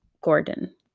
Gordon